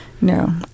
No